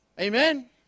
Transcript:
Amen